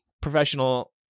professional